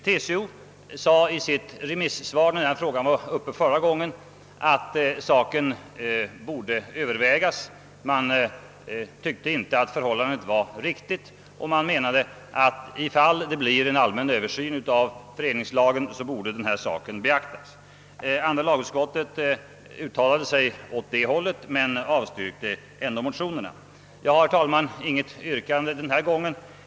TCO sade i sitt remissvar, när denna fråga var uppe förra gången, att saken borde övervägas. Man tyckte inte att förhållandena i detta avseende var tillfredsställande och menade att denna sak borde beaktas, ifall det blir en allmän översyn av föreningslagen. Andra lagutskottet uttalade sig i samma rikt ning men avstyrkte ändå motionen. Jag har, herr talman, inget yrkande denna gång.